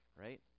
Right